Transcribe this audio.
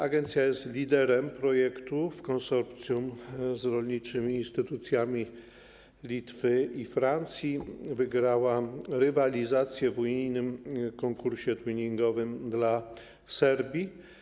Agencja jest liderem projektu w konsorcjum z rolniczymi instytucjami Litwy i Francji, wygrała rywalizację w unijnym konkursie twinningowym dla Serbii.